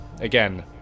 again